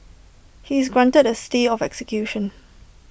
he is granted A stay of execution